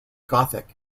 gothic